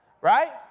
right